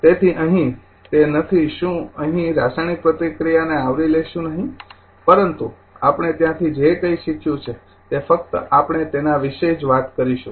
તેથી અહીં તે રાસાયણિક પ્રતિક્રિયાને આવરી લેશું નહીં પરંતુ આપણે ત્યાંથી જે કંઇ શીખ્યું છે તે ફક્ત આપણે તેના વિશે જ વાત કરીશું